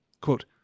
Quote